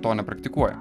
to nepraktikuoja